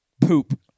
poop